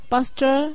Pastor